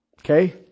Okay